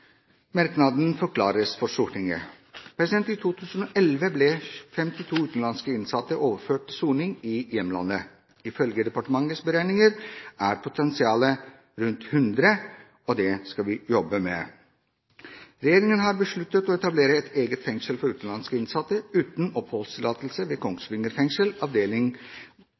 merknaden forklares for Stortinget. I 2011 ble 52 utenlandske innsatte overført til soning i hjemlandet. Ifølge departementets beregninger er potensialet rundt 100 – og det skal vi jobbe med. Regjeringen har besluttet å etablere et eget fengsel for utenlandske innsatte uten oppholdstillatelse ved Kongsvinger fengsel, avdeling